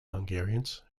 hungarians